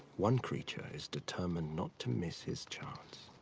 one creature is determined not to miss his chance.